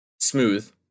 smooth